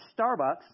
Starbucks